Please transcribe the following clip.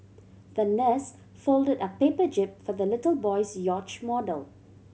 the nurse folded a paper jib for the little boy's yacht model